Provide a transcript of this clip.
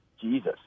Jesus